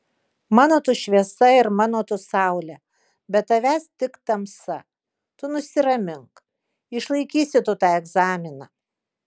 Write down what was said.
mano tu šviesa ir mano tu saulė be tavęs tik tamsa tu nusiramink išlaikysi tu tą egzaminą